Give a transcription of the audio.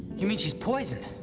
you mean she's poisoned?